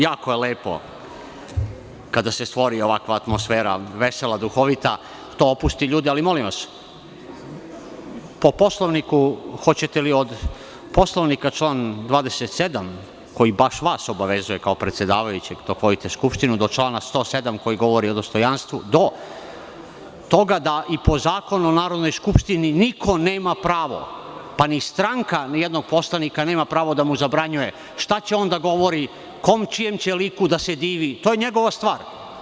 Jako je lepo kada se stvori ovakva atmosfera, vesela, duhovita, to opusti ljude, ali molim vas, po Poslovniku, hoćete li od poslovnika član 27. koji baš vas obavezuje kao predsedavajućeg dok vodite Skupštinu, do člana 107. koji govori o dostojanstvu, do tog a da i po Zakonu o Narodnoj Skupštini niko nema pravo, pa ni stranka jednog poslanika nema pravo da mu zabranjuje šta će on da govori, čijem će liku da se divi, to je njegova stvar.